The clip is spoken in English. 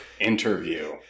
interview